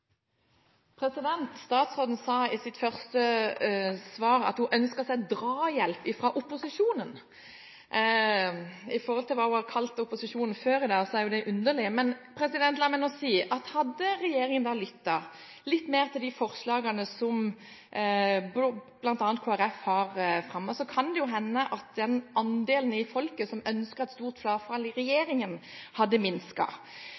Statsråden sa i sitt første svar at hun ønsket seg drahjelp fra opposisjonen. I forhold til det hun har kalt opposisjonen før i dag, er dette underlig. Men hadde regjeringen lyttet litt mer til de forslagene som bl.a. Kristelig Folkeparti har fremmet, kan det hende at den andelen i folket som ønsker et stort frafall i